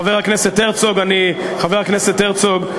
חבר הכנסת הרצוג.